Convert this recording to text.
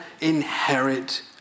inherit